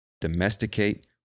domesticate